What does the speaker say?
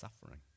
suffering